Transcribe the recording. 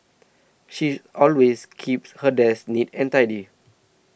she's always keeps her desk neat and tidy